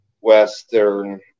Western